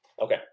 Okay